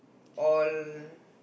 all